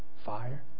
fire